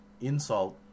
insult